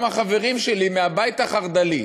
גם החברים שלי מהבית החרד"לי,